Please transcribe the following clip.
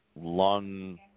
lung